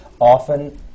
often